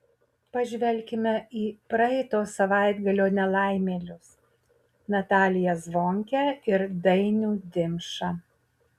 pažvelkime į praeito savaitgalio nelaimėlius nataliją zvonkę ir dainių dimšą